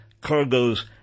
cargoes